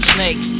Snake